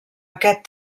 aquest